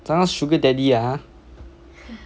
找那种 sugar daddy ah !huh!